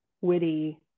witty